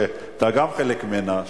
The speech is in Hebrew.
שאתה גם חלק ממנה,